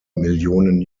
millionen